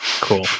Cool